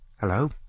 Hello